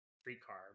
streetcar